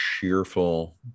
cheerful